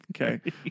Okay